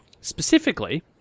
Specifically